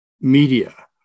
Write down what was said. media